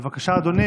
בבקשה, אדוני.